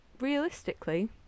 realistically